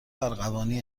ارغوانی